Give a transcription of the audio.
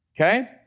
okay